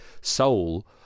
soul